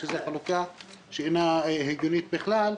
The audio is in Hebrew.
שזו חלוקה שאינה הגיונית בכלל,